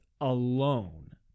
alone